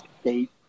state